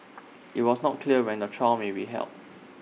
IT was not clear when A trial may be held